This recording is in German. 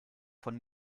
von